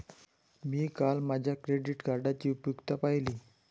मी काल माझ्या क्रेडिट कार्डची उपयुक्तता पाहिली